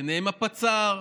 ביניהם הפצ"ר,